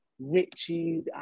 Richie